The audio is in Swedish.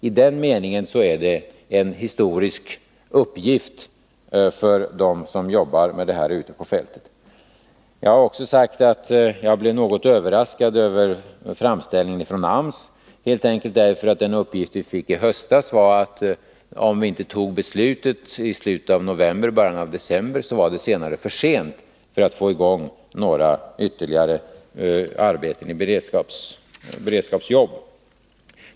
I den meningen är det en historisk uppgift för dem som jobbar med detta ute på fältet. Jag har också sagt att jag blev något överraskad över framställningen från AMS, helt enkelt därför att den uppgift vi fick i höstas var, att om vi inte fattade beslut i slutet av november eller början av december, så skulle det sedan vara för sent att få i gång några ytterligare beredskapsjobb.